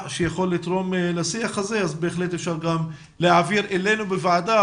שיכול לתרום לשיח הזה אז בהחלט אפשר גם להעביר אלינו בוועדה,